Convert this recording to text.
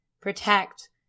protect